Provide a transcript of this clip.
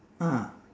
ah